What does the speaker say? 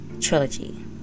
trilogy